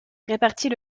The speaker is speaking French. repartit